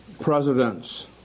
presidents